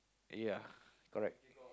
yeah correct